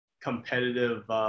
competitive –